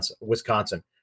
Wisconsin